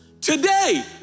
today